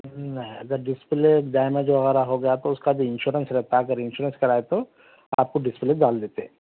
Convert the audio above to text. اگر display damage وغیرہ ہو گیا تو اس کا بھی انشورینس رہتا اگر انشورینس کرائے تو آپ کو ڈسپلے ڈال دیتے